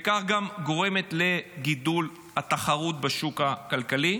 וכך גם גורמת לגידול התחרות בשוק הכלכלי.